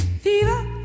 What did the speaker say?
Fever